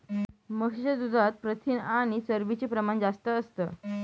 म्हशीच्या दुधात प्रथिन आणि चरबीच प्रमाण जास्त असतं